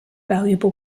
valuable